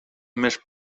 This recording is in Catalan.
més